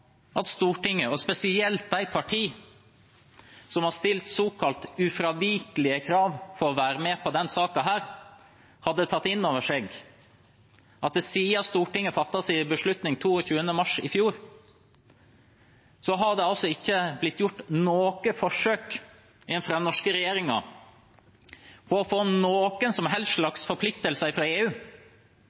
at Stortinget – og spesielt de partiene som har stilt såkalt ufravikelige krav for å være med på denne saken – hadde tatt inn over seg at det siden Stortinget fattet sin beslutning 22. mars i fjor, ikke har blitt gjort noe forsøk fra den norske regjeringen på å få noen som helst slags forpliktelser fra EU,